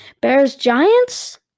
Bears-Giants